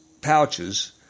pouches